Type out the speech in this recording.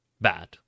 bad